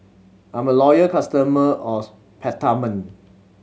I'm a loyal customer of Peptamen